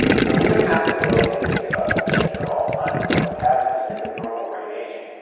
so we don't have to invoke anything about dementia or alzheimer's or what have you. just think of normal brain aging.